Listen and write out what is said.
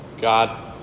God